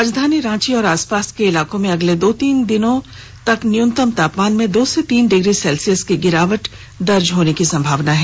राजधानी रांची और आसपास के इलाके में अगले दो से तीन दिनों तक न्यूनतम तापमान में दो से तीन डिग्री सेल्सियस की गिरावट होने की संभावना है